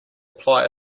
apply